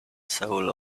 soul